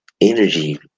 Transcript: energy